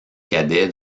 cadet